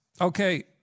okay